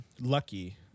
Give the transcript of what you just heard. lucky